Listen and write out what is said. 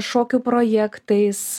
šokių projektais